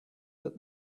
that